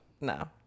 no